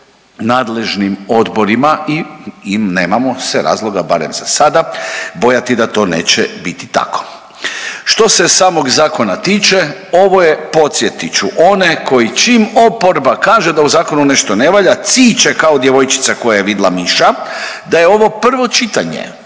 pred nadležnim odborima i nemamo se razloga barem za sada bojati da to neće biti tako. Što se samog zakona tiče ovo je podsjetit ću one koji čim oporba kaže da u zakonu nešto ne valja ciče kao djevojčica koja je vidjela miša, da je ovo prvo čitanje,